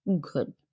good